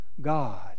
God